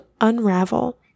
Unravel